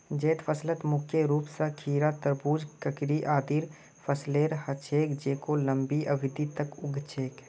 जैद फसलत मुख्य रूप स खीरा, तरबूज, ककड़ी आदिर फसलेर ह छेक जेको लंबी अवधि तक उग छेक